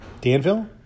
Danville